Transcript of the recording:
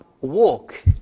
walk